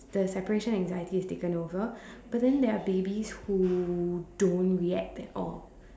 the separation anxiety is taken over but then there are babies who don't react at all